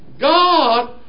God